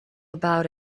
about